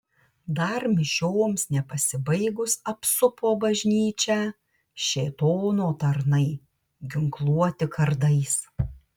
dar mišioms nepasibaigus apsupo bažnyčią šėtono tarnai ginkluoti kardais